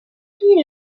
filles